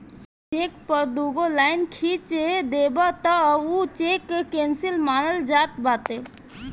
check पअ दुगो line खिंच देबअ तअ उ चेक केंसल मानल जात बाटे